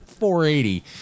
480